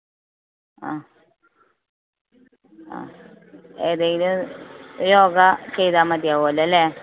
ആ ആ ഏതെങ്കിലും യോഗ ചെയ്താൽ മാതിയാവുമല്ലോ അല്ലേ